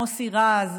מוסי רז,